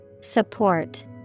Support